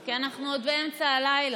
כי אנחנו עוד באמצע הלילה.